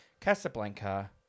Casablanca